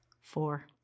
four